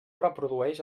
reprodueix